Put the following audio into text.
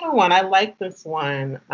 one. i like this one.